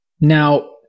Now